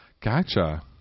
Gotcha